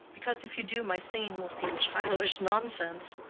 because if you do, my singing will seem childish nonsense.